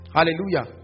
Hallelujah